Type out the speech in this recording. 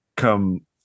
come